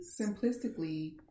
simplistically